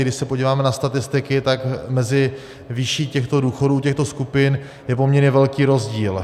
Když se podíváme na statistiky, tak mezi výší důchodů těchto skupin je poměrně velký rozdíl.